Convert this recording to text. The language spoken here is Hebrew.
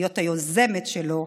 להיות היוזמת שלו,